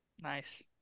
Nice